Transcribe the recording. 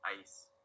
ICE